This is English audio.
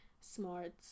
smart